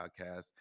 podcast